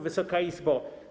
Wysoka Izbo!